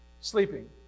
Sleeping